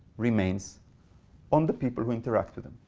remains on the people who interact with them?